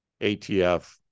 ATF